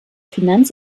finanz